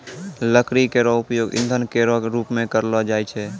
लकड़ी केरो उपयोग ईंधन केरो रूप मे करलो जाय छै